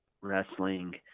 wrestling